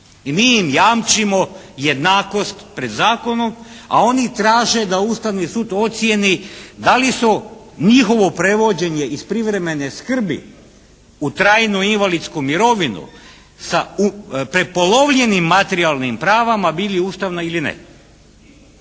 I mi im jamčimo jednakost pred zakonom, a oni traže da Ustavni sud ocijeni da li su njihovo prevođenje iz privremene skrbi u trajnu invalidsku mirovinu sa prepolovljenim materijalnim pravima bili ustavna ili ne.